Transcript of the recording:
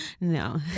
no